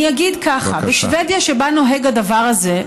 אני אגיד ככה: בשבדיה, שבה נוהג הדבר הזה,